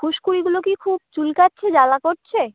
ফুসকুড়িগুলো কি খুব চুলকাচ্ছে জ্বালা করছে